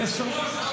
עשר.